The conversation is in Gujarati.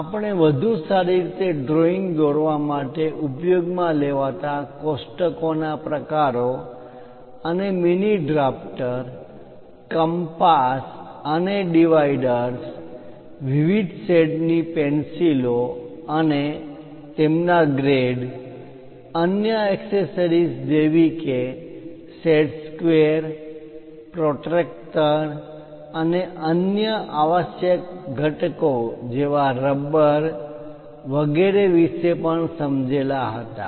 આપણે વધુ સારી રીતે ડ્રોઇંગ દોરવા માટે ઉપયોગમાં લેવાતા કોષ્ટકો ના પ્રકારો અને મિનિ ડ્રાફ્ટર કંપાસ કાગળ પર વર્તુળ દોરવાનું સાધન અને ડિવાઇડર્સ વિભાજક વિવિધ શેડ્સ ની પેન્સિલો અને તેમના ગ્રેડ અન્ય એક્સેસરીઝ જેવી કે સેટ સ્ક્વેર અને પ્રો ટ્રેક્ટર કોણમાપક અને અન્ય આવશ્યક ઘટકો જેવા રબર ઇરેઝર વગેરે વિશે પણ સમજેલા હતા